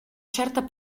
certa